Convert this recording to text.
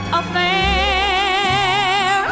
affair